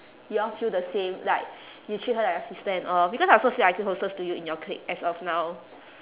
you all feel the same like you treat her like a sister and all because I also feel I closest to you in your clique as of now